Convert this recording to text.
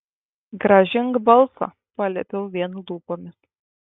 grąžink balsą paliepiau vien lūpomis